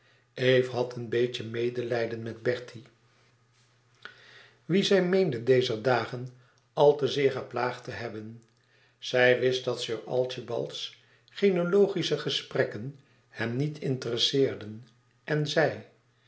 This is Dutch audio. eve had een beetje medelijden met bertie wien zij meende dezen keer al te zeer geplaagd te hebben zij wist dat sir archibalds genealogische gesprekken hem niet interesseerden en zei